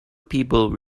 people